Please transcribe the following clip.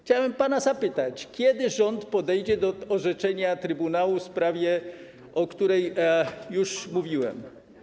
Chciałbym pana zapytać: Kiedy rząd podejdzie do orzeczenia trybunału w sprawie, o której już mówiłem?